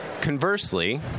Conversely